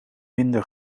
minder